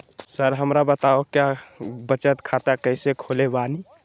Sir हमरा बताओ क्या बचत खाता कैसे खोले बानी?